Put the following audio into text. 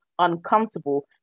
uncomfortable